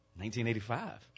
1985